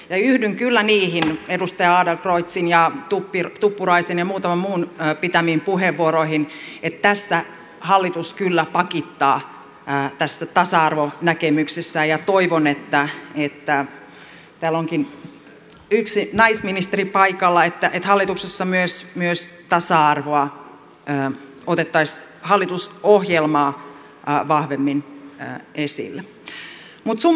ja yhdyn kyllä niihin edustaja adlercreutzin ja tuppuraisen ja muutaman muun pitämiin puheenvuoroihin että tässä hallitus kyllä pakittaa tässä tasa arvonäkemyksessä ja toivon että täällä onkin yksi naisministeri paikalla hallituksessa myös tasa arvoa otettaisiin hallitusohjelmaa vahvemmin esille